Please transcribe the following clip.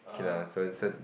okay lah so so